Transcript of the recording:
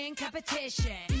competition